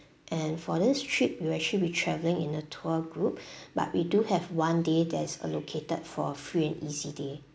and for this trip you will actually be travelling in a tour group but we do have one day that's allocated for free and easy day